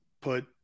put